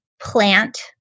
plant